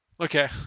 okay